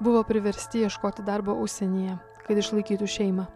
buvo priversti ieškoti darbo užsienyje kad išlaikytų šeimą